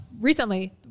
recently